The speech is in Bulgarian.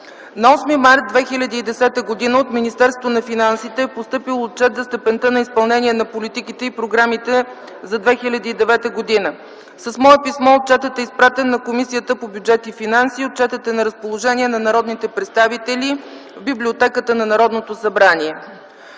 На 8 март 2010 г. от Министерство на финансите е постъпил Отчет за степента на изпълнение на политиките и програмите за 2009 г. С мое писмо отчетът е изпратен на Комисията по бюджет и финанси. Отчетът е на разположение на народните представители в библиотеката на Народното събрание.